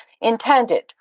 intended